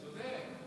צודק, צודק.